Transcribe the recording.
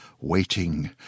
Waiting